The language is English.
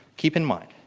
keep in mind,